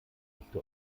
größte